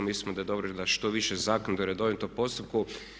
Mislimo da je dobro da što više zakona ide u redovito postupku.